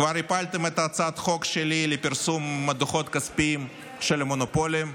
כבר הפלתם את הצעת החוק שלי לפרסום דוחות כספיים של מונופולים,